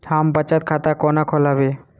हम बचत खाता कोना खोलाबी?